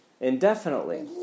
indefinitely